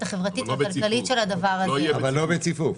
החברתית והכלכלית של הדבר הזה --- אבל לא בציפוף,